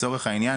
לצורך העניין,